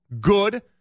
good